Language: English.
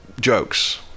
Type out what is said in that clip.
jokes